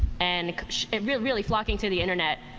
and really really flocking to the internet